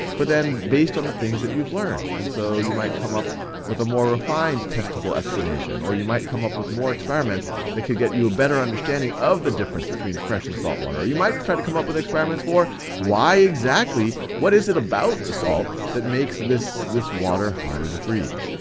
but then, based on the things that you've learned. and so, you might come up with a more refined testable explanation, or you might come up with more experiments that could get you a better understanding of the difference between fresh and salt water, or you might try to come up with experiments for why exactly, what is it about the salt that makes this this water harder to freeze?